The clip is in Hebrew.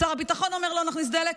שר הביטחון אומר: לא נכניס דלק,